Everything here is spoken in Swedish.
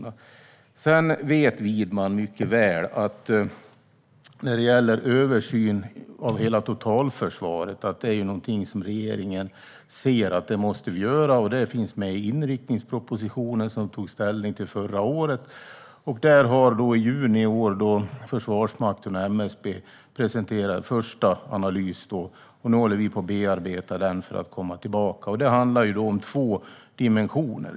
Widman vet mycket väl att regeringen ser att en översyn av hela totalförsvaret måste göras. Det finns med i inriktningspropositionen som det togs ställning till förra året. I juni i år har Försvarsmakten och MSB presenterat en första analys. Vi bearbetar nu den för att kunna återkomma. Det handlar om två dimensioner.